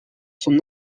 son